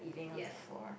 ya